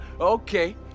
Okay